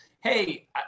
hey